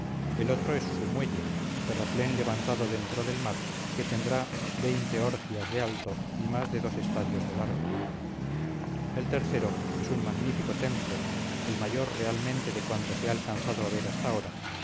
el otro es su muelle terraplén levantado dentro del mar que tendrá orgias de alto y más de dos estadios de largo el tercero es un magnífico templo el mayor realmente de cuantos he alcanzado a ver hasta ahora